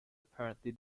apparently